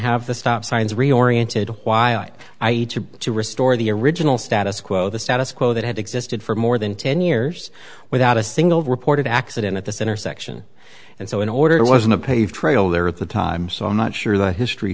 have the stop signs reoriented while to restore the original status quo the status quo that had existed for more than ten years without a single reported accident at this intersection and so in order wasn't a paved trail there at the time so i'm not sure the history